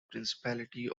principality